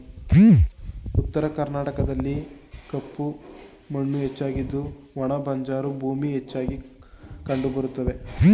ಉತ್ತರ ಕರ್ನಾಟಕದಲ್ಲಿ ಕಪ್ಪು ಮಣ್ಣು ಹೆಚ್ಚಾಗಿದ್ದು ಒಣ ಬಂಜರು ಭೂಮಿ ಹೆಚ್ಚಾಗಿ ಕಂಡುಬರುತ್ತವೆ